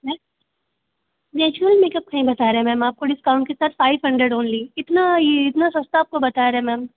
हैं natural makeup का ही बता रहें है मैम आपको डिस्काउंट के साथ फ़ाइव हंड्रेड ओनली इतना यह इतना सस्ता आपको बता रहे मैम